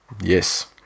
Yes